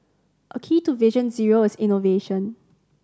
a key to Vision Zero is innovation